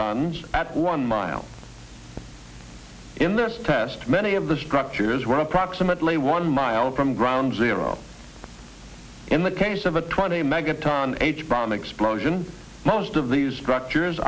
tonge at one mile in this test many of the structures were approximately one mile from ground zero in the case of a twenty megaton h bomb explosion most of these structures